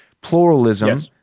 pluralism